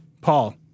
Paul